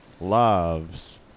loves